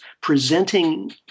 presenting